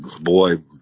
boy